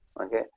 okay